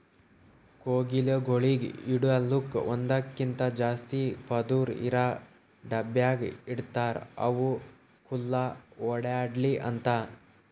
ಕೋಳಿಗೊಳಿಗ್ ಇಡಲುಕ್ ಒಂದಕ್ಕಿಂತ ಜಾಸ್ತಿ ಪದುರ್ ಇರಾ ಡಬ್ಯಾಗ್ ಇಡ್ತಾರ್ ಅವು ಖುಲ್ಲಾ ಓಡ್ಯಾಡ್ಲಿ ಅಂತ